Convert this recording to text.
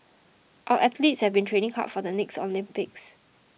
our athletes have been training hard for the next Olympics